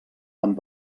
amb